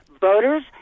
voters